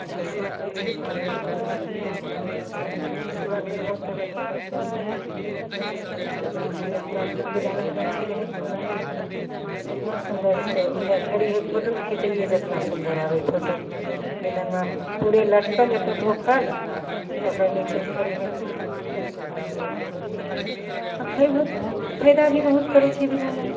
इएहसब होइ छै फल फूल भी सबकिछु लगेलासे होतै जतेक सेवा ओतेक करबहो बढ़िआँ होइ छै आओर सबचीजके गाछी रहतऽ अपना बेदानाके गाछी रहै तऽ ओनाहि एतना सुन्दरसे ओहिजाँ खड़ी होइके फोटो सब घिचैए जे एतना सुन्दर आबै फोटो बेदनबा पूरा लटकल एत एतगो फड़ल ओकरा निच्चेमे खड़ी होके मारिते खूब सुन्दर आबै फोटो भी आओर खएबहो तऽ फायदा भी बहुत करै छै बेदाना